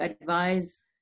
advise